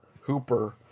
Hooper